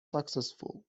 successful